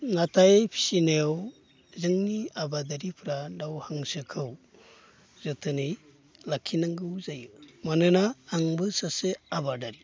नाथाय फिनायाव जोंनि आबादारिफ्रा दाउ हांसोखौ जोथोनै लाखिनांगौ जायो मानोना आंबो सासे आबादारि